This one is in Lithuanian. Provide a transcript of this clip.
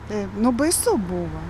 taip nu baisu buvo